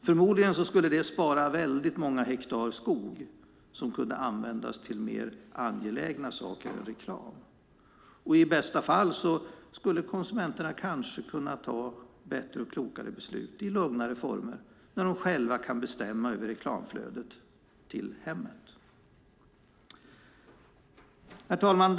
Förmodligen skulle det spara väldigt många hektar skog som kunde användas till viktigare saker än reklam, och i bästa fall skulle konsumenterna kanske kunna ta bättre och klokare beslut i lugnare former när de själva kan bestämma över reklamflödet till hemmet. Herr talman!